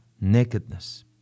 nakedness